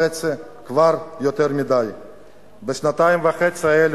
כבר שנתיים וחצי יותר מדי.